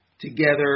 together